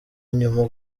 nyuma